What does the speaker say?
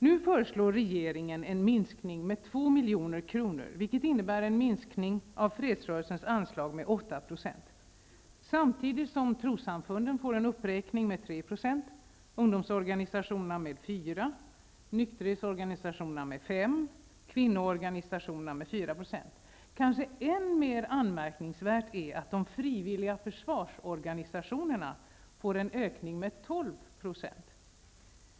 Nu föreslår regeringen en minskning med 2 milj.kr., vilket innebär en minskning av fredsrörelsens anslag med 8 %-- samtidigt som trossamfunden får en uppräkning med 3 %, ungdomsorganisationerna med 4 %, nykterhetsorganisationerna med 5 % och kvinnoorganisationerna med 4 %. Kanske än mer anmärkningsvärt är att de frivilliga försvarsorganisationerna får en ökning med 12 %.